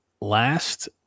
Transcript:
last